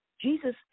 Jesus